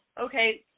okay